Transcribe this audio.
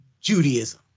Judaism